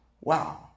Wow